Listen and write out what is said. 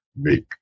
make